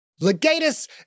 Legatus